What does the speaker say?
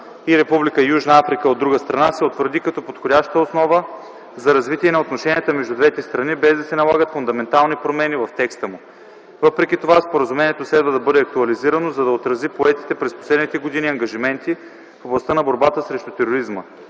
Южна Африка, от друга страна, се утвърди като подходяща основа за развитие на отношенията между двете страни, без да се налагат фундаментални промени в текста му. Въпреки това споразумението следва да бъде актуализирано, за да отрази поетите през последните години ангажименти в областта на борбата срещу тероризма,